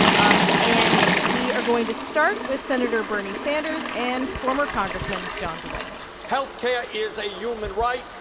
um and we are going to start with senator bernie sanders and former congressman john delaney health care is a human right,